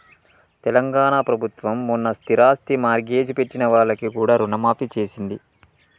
తెలంగాణ ప్రభుత్వం మొన్న స్థిరాస్తి మార్ట్గేజ్ పెట్టిన వాళ్లకు కూడా రుణమాఫీ చేసింది